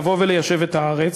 ליישב את הארץ,